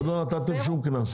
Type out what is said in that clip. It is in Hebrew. עוד לא נתתם שום קנס.